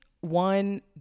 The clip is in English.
one